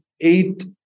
eight